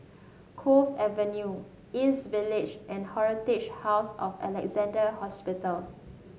Cove Avenue East Village and Historic House of Alexandra Hospital